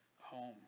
home